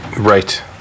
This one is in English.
Right